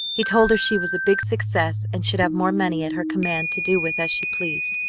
he told her she was a big success, and should have more money at her command to do with as she pleased,